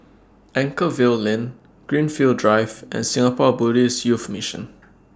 Anchorvale Lane Greenfield Drive and Singapore Buddhist Youth Mission